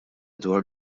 dwar